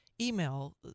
email